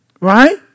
right